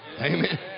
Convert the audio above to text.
Amen